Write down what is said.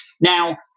Now